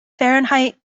fahrenheit